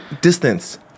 distance